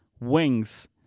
wings